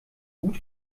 gut